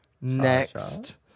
Next